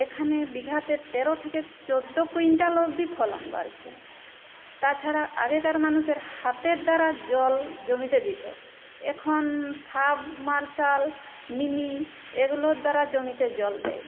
এখানে বিঘাতে তেরো থেকে চোদ্দ কুইন্টাল অবদি ফলন বাড়ছে তাছাড়া আগেকার মানুষের হাতের দ্বারা জল জমিতে দিত এখন সাবমার্সাল মিনি এগুলোর দ্বারা জমিতে জল দেয়